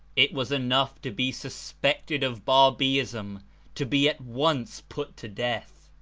it was enough to be suspected of babeeism to be at once put to death.